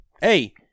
hey